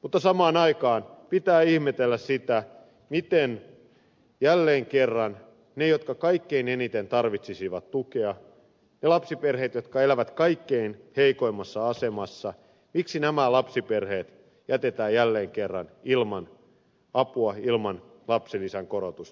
mutta samaan aikaan pitää ihmetellä sitä miten jälleen kerran ne jotka kaikkein eniten tarvitsisivat tukea ne lapsiperheet jotka elävät kaikkein heikoimmassa asemassa jätetään ilman apua ilman lapsilisän korotusta